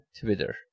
twitter